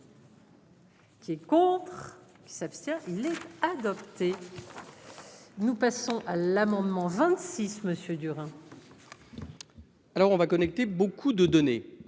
Qui est contre. Qui s'abstient les adopter. Nous passons à l'amendement 26 Monsieur dur hein. Alors on va connecter beaucoup de données,